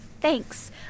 Thanks